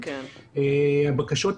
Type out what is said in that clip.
הבקשות,